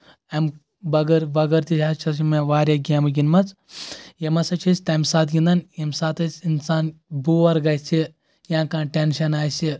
اَمہِ بغٲر بغٲر تہِ ہسا چھِ یِم مےٚ واریاہ گیمہٕ گنٛدمَژ یِم ہسا چھِ أسۍ تمہِ ساتہٕ گِنٛدان ییٚمہِ ساتہٕ ٲسۍ انسان بور گژھِ یا کانٛہہ ٹؠنشن آسہِ